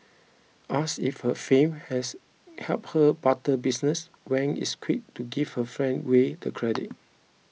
asked if her fame has helped her barber business Wang is quick to give her friend way the credit